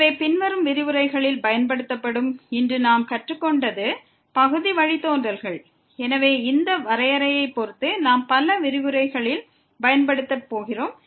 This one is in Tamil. எனவே இன்று நாம் கற்றுக்கொண்ட பகுதி வழித்தோன்றல்கள் பின்வரும் சொற்பொழிவுகளில் பயன்படுத்தப்படும் எனவே ஐ பொறுத்த இந்த வரையறையை நாம் பல விரிவுரைகளில் பயன்படுத்தப் போகிறோம்